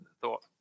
thought